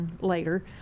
later